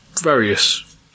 various